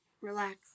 relax